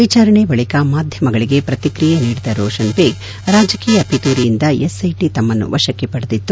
ವಿಚಾರಣೆ ಬಳಕ ಮಾಧ್ಯಮಗಳಿಗೆ ಪ್ರತಿಕ್ರಿಯೆ ನೀಡಿದ ರೋಷನ್ ದೇಗ್ ರಾಜಕೀಯ ಪಿತೂರಿಯಿಂದ ಎಸ್ಐಟಿ ತಮ್ನನ್ನು ವಶಕ್ಷೆ ಪಡೆದಿತ್ತು